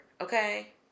Okay